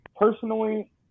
Personally